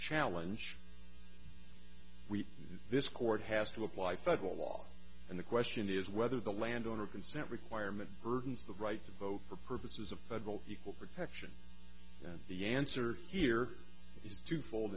challenge we this court has to apply federal law and the question is whether the landowner consent requirement burdens the right to vote for purposes of federal equal protection and the answer here is twofold